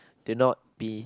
do not be